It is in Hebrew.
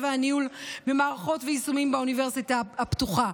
וניהול מערכות ויישומים באוניברסיטה הפתוחה.